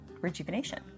rejuvenation